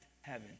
heaven